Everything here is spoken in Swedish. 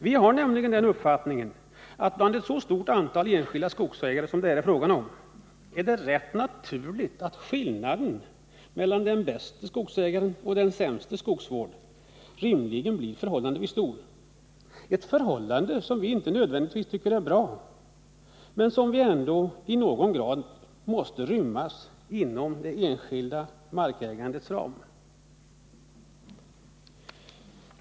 Vi har nämligen den uppfattningen att det bland ett så stort antal enskilda skogsbrukare som det här är fråga om är ganska naturligt att skillnaden mellan den bästes och den sämstes skogsvård rimligen blir förhållandevis stor — ett förhållande som vi inte nödvändigtvis tycker är bra men som vi ändå anser i någon mån måste rymmas inom det enskilda markägandets ram.